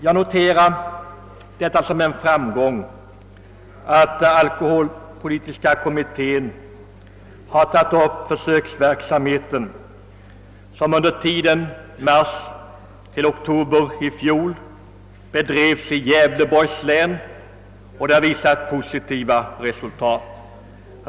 Som en framgång noterar jag den försöksverksamhet som under tiden mars—oktober i fjol bedrevs i Gävleborgs län och visade positiva resultat.